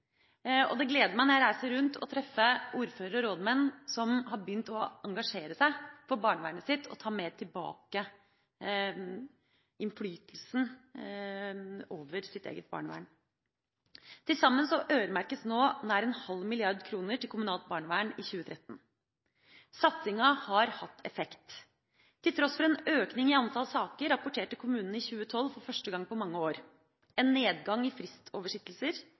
jeg reiser rundt, gleder det meg å treffe ordførere og rådmenn som har begynt å engasjere seg for barnevernet sitt, og tar tilbake innflytelsen over eget barnevern. Til sammen øremerkes nå nær 0,5 mrd. kr til kommunalt barnevern i 2013. Satsinga har hatt effekt. Til tross for en økning i antall saker rapporterte kommunene i 2012 for første gang på mange år en nedgang i fristoversittelser,